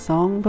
Song